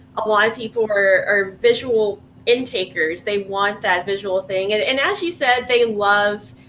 a lot of people are are visual intakers they want that visual thing and and as you said, they love,